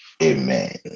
Amen